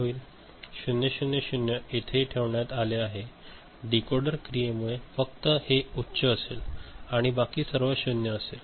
0 0 0 येथे येथे ठेवण्यात आले आहे डिकोडर क्रियेमुळे फक्त हे उच्च असेल आणि बाकी सर्व 0 असेल